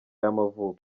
y’amavuko